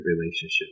relationship